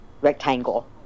rectangle